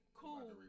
cool